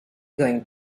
going